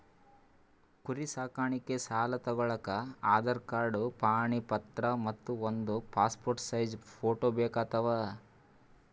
ಕುರಿ ಸಾಕಾಣಿಕೆ ಸಾಲಾ ತಗೋಳಕ್ಕ ಆಧಾರ್ ಕಾರ್ಡ್ ಪಾಣಿ ಪತ್ರ ಮತ್ತ್ ಒಂದ್ ಪಾಸ್ಪೋರ್ಟ್ ಸೈಜ್ ಫೋಟೋ ಬೇಕಾತವ್